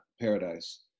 Paradise